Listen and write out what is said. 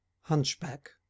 HUNCHBACK